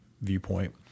viewpoint